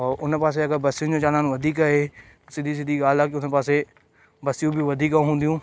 ऐं उन पासे अगरि बसियुनि जो चालान वधीक आहे सिधी सिधी ॻाल्हि आहे की उन पासे बसियूं बि वधीक हूंदियूं